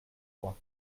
trois